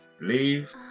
leave